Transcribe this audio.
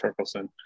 Torkelson